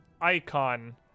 icon